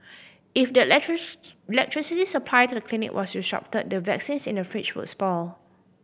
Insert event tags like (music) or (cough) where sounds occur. if the (unintelligible) electricity supply to the clinic was (unintelligible) the vaccines in the fridge would spoil